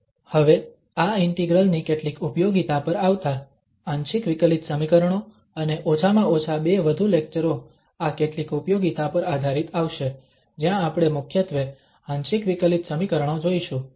હવે આ ઇન્ટિગ્રલ ની કેટલીક ઉપયોગિતા પર આવતાં આંશિક વિકલિત સમીકરણો અને ઓછામાં ઓછા બે વધુ લેક્ચરો આ કેટલીક ઉપયોગિતા પર આધારિત આવશે જ્યાં આપણે મુખ્યત્વે આંશિક વિકલિત સમીકરણો જોઇશું